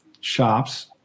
shops